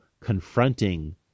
confronting